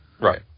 Right